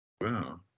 Wow